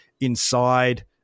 inside